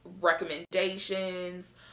recommendations